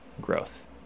growth